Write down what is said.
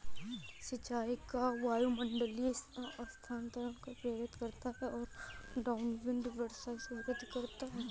सिंचाई का वायुमंडलीय अस्थिरता को प्रेरित करता है और डाउनविंड वर्षा में वृद्धि करता है